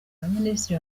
abaminisitiri